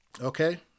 Okay